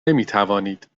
نمیتوانید